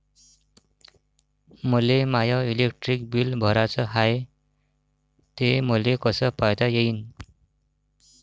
मले my electric bill भराचं हाय, ते मले कस पायता येईन?